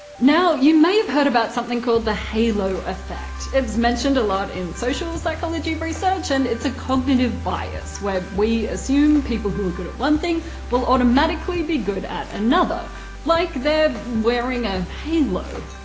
now you may have heard about something called the halo effect. it's mentioned a lot in social psychology research and it's a cognitive bias where we assume people who are good at one thing will automatically be good at another like they're wearing a halo.